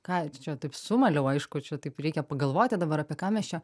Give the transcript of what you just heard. ką čia taip sumaliau aišku čia taip reikia pagalvoti dabar apie ką mes čia